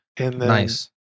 Nice